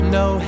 no